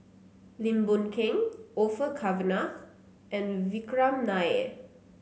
Lim Boon Keng Orfeur Cavenagh and Vikram Nair